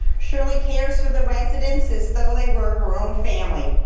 shirley cares for the residents as though they were her own family.